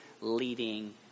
leading